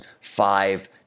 five